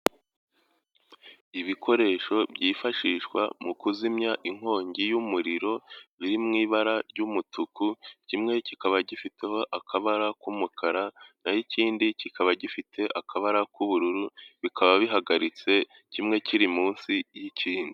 Ibikoresho byifashishwa mu kuzimya inkongi y'umuriro biri mu ibara ry'umutuku, kimwe kikaba gifiteho akabara k'umukara naho ikindi kikaba gifite akabara k'ubururu. Bikaba bihagaritse kimwe kiri munsi y'ikindi.